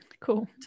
Cool